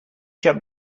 jump